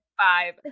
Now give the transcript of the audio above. Five